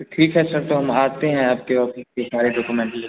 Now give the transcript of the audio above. ठीक है सर तो हम आते हैं आपके ऑफिस पे सारे डॉकोमेट लेके